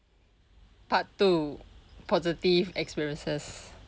part two positive experiences